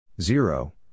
zero